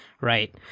right